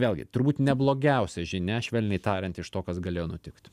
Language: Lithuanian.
vėlgi turbūt ne blogiausia žinia švelniai tariant iš to kas galėjo nutikt